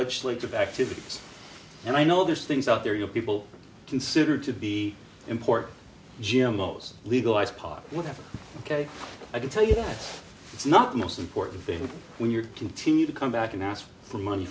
legislative activity and i know there's things out there your people consider to be important jim knows legalize pot whatever ok i can tell you that it's not the most important thing when you're continue to come back and ask for money